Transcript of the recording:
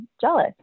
jealous